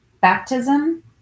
baptism